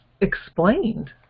explained